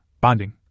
bonding